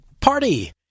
party